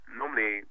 normally